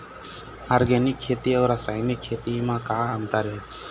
Organic खेती अउ रासायनिक खेती म का अंतर हे?